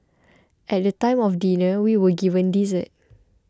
at the time of dinner we were given dessert